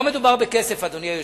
לא מדובר בכסף, אדוני היושב-ראש.